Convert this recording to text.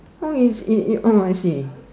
oh is it oh I see